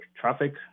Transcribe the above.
traffic